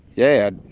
yeah,